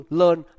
learn